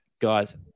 guys